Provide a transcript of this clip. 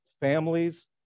families